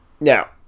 now